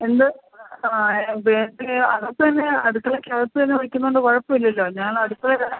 എന്ത് ആ ഗ്യാസ് അകത്ത് തന്നെ അടുക്കളക്കകത്ത് തന്നെ വെയ്ക്കുന്നോണ്ട് കുഴപ്പമില്ലല്ലോ ഞങ്ങൾ അടുക്കളയിലാണ്